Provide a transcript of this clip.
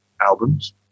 albums